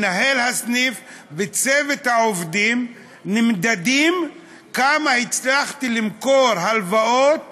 מנהל הסניף וצוות העובדים נמדדים עד כמה הצליחו למכור הלוואות